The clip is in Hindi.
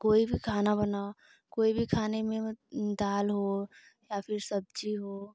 कोई भी खाना बनाओ कोई भी खाने में मत दाल हो या फिर सब्जी हो